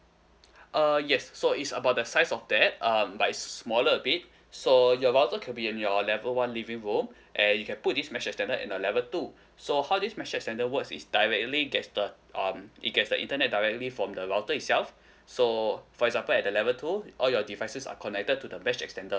uh yes so is about the size of that um by smaller a bit so your router can be in your level one living room and you can put this mesh extender at the level two so how this mesh extender works is directly gets the um it gets the internet directly from the router itself so for example at the level two all your devices are connected to the mesh extender